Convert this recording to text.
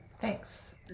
Thanks